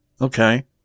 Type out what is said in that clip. Okay